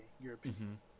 European